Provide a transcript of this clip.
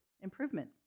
improvement